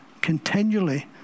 continually